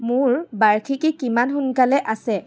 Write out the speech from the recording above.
মোৰ বাৰ্ষিকী কিমান সোনকালে আছে